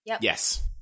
Yes